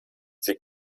sie